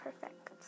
perfect